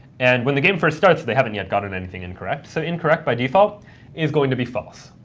and when the game first starts, they haven't yet gotten anything incorrect, so incorrect by default is going to be false.